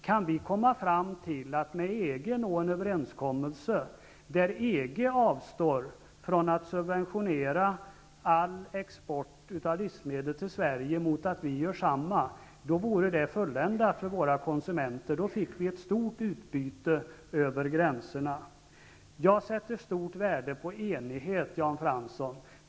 Kan vi med EG nå en överenskommelse där EG avstår från att subventionera all export av livsmedel till Sverige mot att vi gör samma sak, vore det fulländat för våra konsumenter. Då skulle vi få ett stor utbyte över gränserna. Jag sätter stort värde på enighet, Jan Fransson.